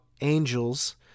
angels